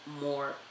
more